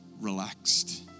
relaxed